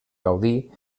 gaudí